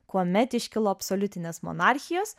kuomet iškilo absoliutinės monarchijos